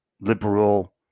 liberal